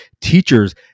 Teachers